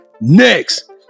next